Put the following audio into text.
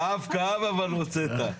כאב כאב אבל הוצאת.